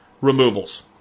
Removals